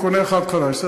אני קונה אחת חדשה,